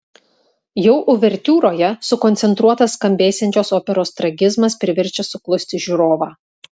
jau uvertiūroje sukoncentruotas skambėsiančios operos tragizmas priverčia suklusti žiūrovą